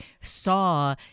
saw